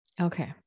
Okay